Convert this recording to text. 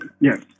Yes